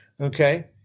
okay